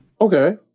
okay